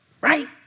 right